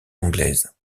anglaises